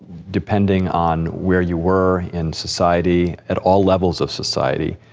depending on where you were in society, at all levels of society,